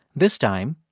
this time,